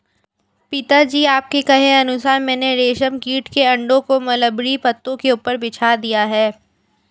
पिताजी आपके कहे अनुसार मैंने रेशम कीट के अंडों को मलबरी पत्तों के ऊपर बिछा दिया है